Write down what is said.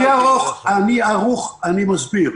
אני מסביר: